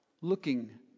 looking